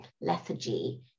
lethargy